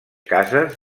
cases